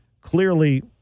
Clearly